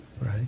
right